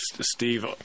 Steve